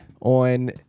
on